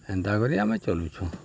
ଏନ୍ତା କରି ଆମେ ଚଲୁଛୁ